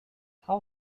how